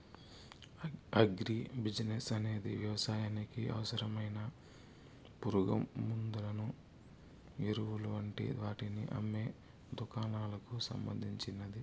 agri business అనేది వ్యవసాయానికి అవసరమైన పురుగుమండులను, ఎరువులు వంటి వాటిని అమ్మే దుకాణాలకు సంబంధించింది